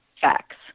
facts